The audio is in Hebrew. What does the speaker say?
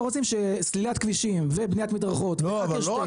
רוצים שסלילת כבישים ובניית מדרכות ואקרשטיין ותאורה -- בסדר,